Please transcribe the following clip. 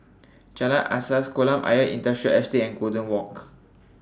Jalan Asas Kolam Ayer Industrial Estate and Golden Walk